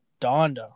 donda